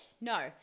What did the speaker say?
No